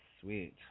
sweet